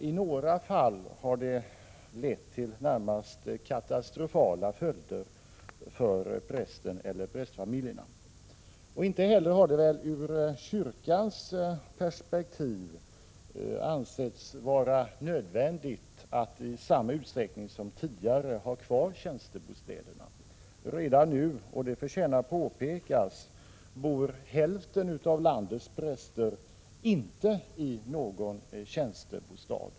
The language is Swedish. I några fall har det blivit närmast katastrofala följder för prästerna eller prästfamiljerna. Inte heller har det väl ur kyrkans perspektiv ansetts vara nödvändigt att i samma utsträckning som tidigare ha kvar tjänstebostäderna. Redan nu — det förtjänar påpekas — bor hälften av landets präster inte i någon tjänstebostad.